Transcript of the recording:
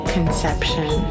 Conception